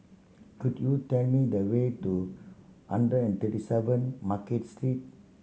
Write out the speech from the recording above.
could you tell me the way to hundred and thirty seven Market Street